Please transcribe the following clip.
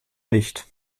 nicht